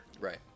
Right